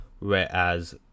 Whereas